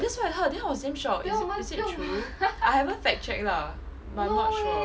that's what I heard then I was damn shock is is it true I haven't fact check lah but I'm not sure